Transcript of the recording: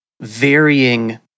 varying